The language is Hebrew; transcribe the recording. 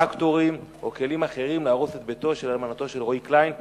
טרקטורים או כלים אחרים להרוס את בית אלמנתו של רועי קליין,